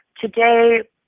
today